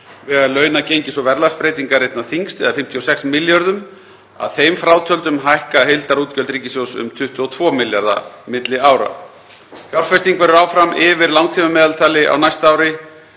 og vega launa-, gengis- og verðlagsbreytingar einna þyngst eða 56 milljörðum. Að þeim frátöldum hækka heildarútgjöld ríkissjóðs um 22 milljarða milli ára. Fjárfesting verður áfram yfir langtímameðaltali á næsta ári.